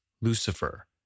Lucifer